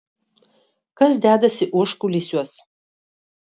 kas dedasi užkulisiuos